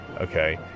okay